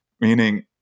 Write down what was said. meaning